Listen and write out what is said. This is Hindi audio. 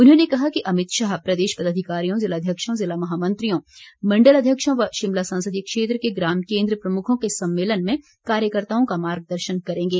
उन्होंने कहा कि अमित शाह प्रदेश पदाधिकारियों ज़िलाध्यक्षों ज़िला महामंत्रियों मण्डल अध्यक्षों व शिमला संसदीय क्षेत्र के ग्राम केन्द्र प्रमुखों के सम्मेलन में कार्यकर्ताओं का मार्गदर्शन करेंगे